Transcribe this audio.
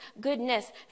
goodness